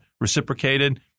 reciprocated